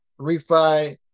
refi